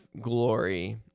glory